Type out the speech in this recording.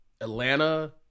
Atlanta